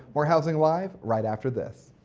more housing live right after this.